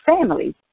families